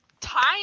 time